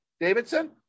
Davidson